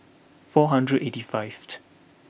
four hundred eighty fifth